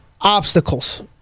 Obstacles